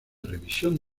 revisión